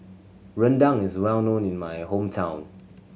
rendang is well known in my hometown